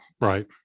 right